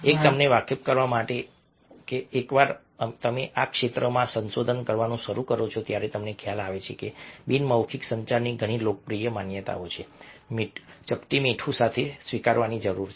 એક તમને વાકેફ કરવા માટે કે એકવાર તમે આ ક્ષેત્રમાં સંશોધન કરવાનું શરૂ કરો છો ત્યારે તમને ખ્યાલ આવે છે કે બિન મૌખિક સંચારની ઘણી લોકપ્રિય માન્યતાઓ છે મીઠું ચપટી સાથે સ્વીકારવાની જરૂર છે